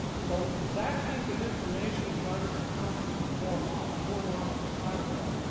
so that piece of information runs counter to the bohr model. bohr model is silent about it.